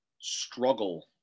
struggle